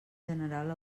general